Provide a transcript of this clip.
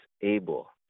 able